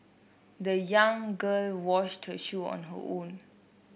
the young girl washed her shoe on her own